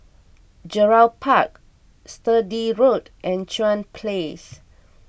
Gerald Park Sturdee Road and Chuan Place